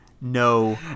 no